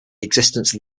existence